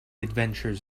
adventures